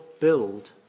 build